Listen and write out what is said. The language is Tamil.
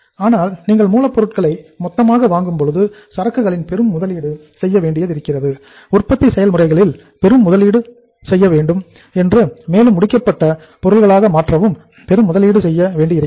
ஆனால் நீங்கள் மூலப் பொருட்களை மொத்தமாக வாங்கும் போது சரக்குகளின் பெரும் முதலீடு செய்ய வேண்டி இருக்கிறது உற்பத்தி செயல்முறைகளில் பெரும் முதலீடு செய்யவேண்டியிருக்கிறது மேலும் முடிக்கப்பட்ட பொருள்களாக மாற்றவும் பெரும் முதலீடு செய்ய வேண்டி இருக்கிறது